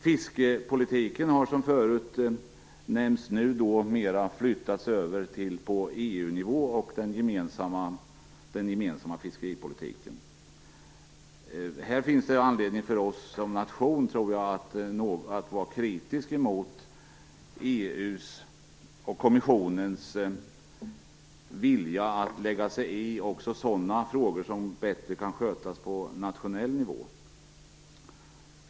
Fiskepolitiken har som tidigare nämnts flyttats över till EU-nivå. Här finns det anledning för oss som nation att vara kritiska mot EU:s och kommissionens vilja att lägga sig i sådana frågor som bättre kan skötas på nationell nivå.